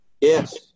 Yes